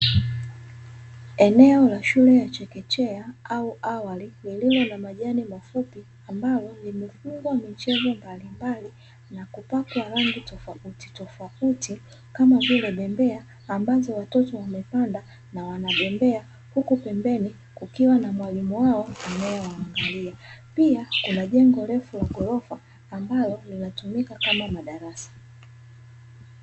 Eneo la shule ya chekechea au awali, lililo na majani mafupi ambalo limefungwa michezo mbalimbali na kupakwa rangi tofautitofauti, kama vile bembea ambazo watoto wamepanda na wanabembea, huku pembeni kukiwa na mwalimu wao anayewaangalia. Pia kuna jengo refu la ghorofa ambalo linatumika kama madarasa.